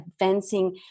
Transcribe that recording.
advancing